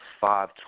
five